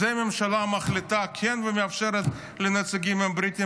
את זה הממשלה מחליטה כן לאפשר לנציגים הבריטים,